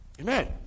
Amen